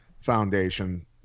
foundation